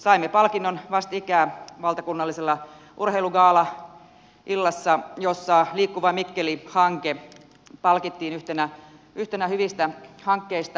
saimme palkinnon vastikään valtakunnallisessa urheilugaalaillassa jossa liikkuva mikkeli hanke palkittiin yhtenä hyvistä hankkeista